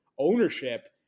ownership